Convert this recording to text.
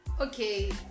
Okay